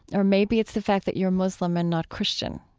or maybe it's the fact that you're muslim and not christian.